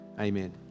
Amen